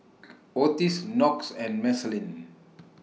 Otis Knox and Marceline